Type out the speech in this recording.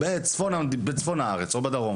בצפון הארץ או בדרום